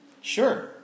Sure